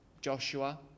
Joshua